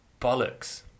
bollocks